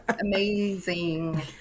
amazing